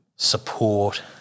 support